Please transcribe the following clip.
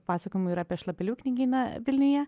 pasakojimų ir apie šlapelių knygyną vilniuje